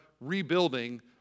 rebuilding